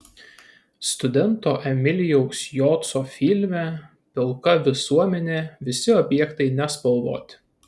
studento emilijaus joco filme pilka visuomenė visi objektai nespalvoti